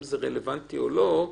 אם המידע הזה רלוונטי או לא.